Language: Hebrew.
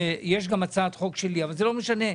שיש גם הצעת חוק שלי אבל זה לא משנה.